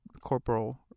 Corporal